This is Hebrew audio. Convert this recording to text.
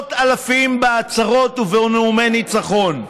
עשרות אלפים בעצרות ובנאומי ניצחון.